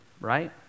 right